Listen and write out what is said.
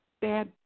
bad